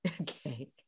Okay